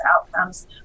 outcomes